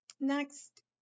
Next